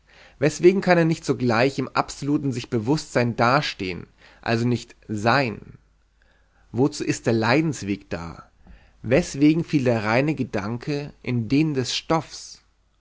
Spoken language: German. weswegen kann er nicht sogleich im absoluten sichbewußtsein dastehen also nicht sein wozu ist der leidensweg da weswegen fiel der reine gedanke in den des stoffs